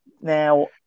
Now